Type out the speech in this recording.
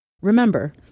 Remember